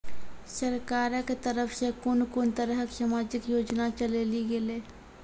सरकारक तरफ सॅ कून कून तरहक समाजिक योजना चलेली गेलै ये?